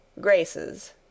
Graces